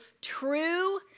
true